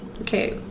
Okay